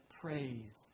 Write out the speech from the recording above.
praise